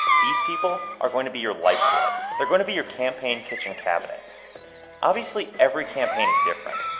these people are going to be your lifeblood. they're going to be your campaign kitchen cabinet obviously, every campaign is different,